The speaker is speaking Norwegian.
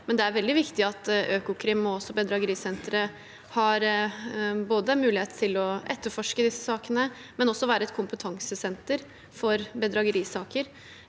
det er veldig viktig at Økokrim og bedragerisenteret har mulighet til å etterforske disse sakene og også til å være et kompetansesenter for bedragerisaker.